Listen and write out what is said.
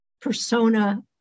persona